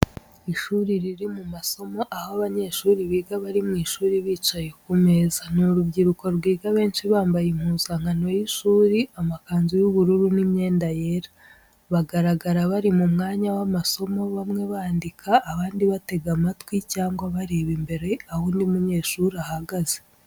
Ishuri riri mu masomo, aho abanyeshuri biga bari mu ishuri bicaye ku meza. Ni urubyiruko rwiga abenshi bambaye impuzankano y’ishuri, amakanzu y’ubururu n’imyenda yera. Bagaragara bari mu mwanya w’amasomo bamwe bandika, abandi batega amatwi cyangwa bareba imbere aho undi munyeshuri ahagaze.